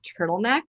turtleneck